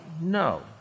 no